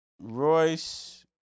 Royce